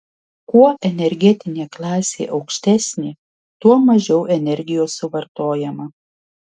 kuo energetinė klasė aukštesnė tuo mažiau energijos suvartojama